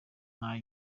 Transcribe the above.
nta